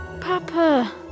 Papa